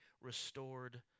restored